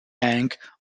bank